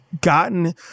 gotten